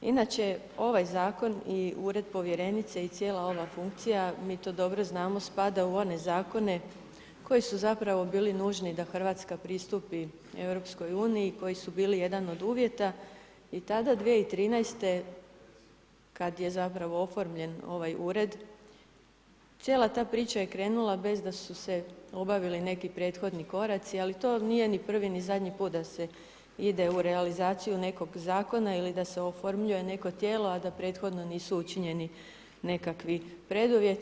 Inače ovaj zakon i ured povjerenice i cijela ova funkcija, mi to dobro znamo spada u one zakone koji su zapravo bili nužni da Hrvatska pristupi EU i koji su bili jedan od uvjeta i tada 2013. kada je zapravo oformljen ovaj ured, cijela ta priča je krenula bez da su se obavili neki prethodni koraci ali to nije ni prvi ni zadnji put da se ide u realizaciju nekog zakona ili da se oformljuje neko tijelo a da prethodno nisu učinjeni nekakvi preduvjeti.